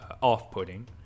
off-putting